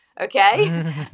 okay